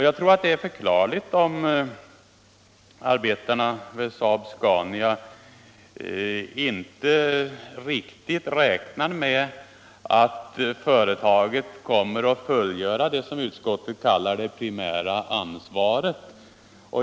Jag tror att det är förklarligt — Krigsmaterielinduom arbetarna vid SAAB-SCANIA inte riktigt räknar med att företaget — strin kommer att fullgöra det som utskottet kallar det primära ansvaret.